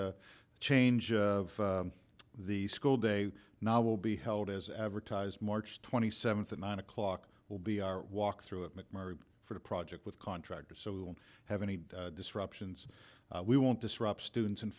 the change of the school day now will be held as advertised march twenty seventh at nine o'clock will be our walk through at mcmurray for the project with contractors so we won't have any disruptions we won't disrupt students and